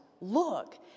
Look